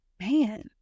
man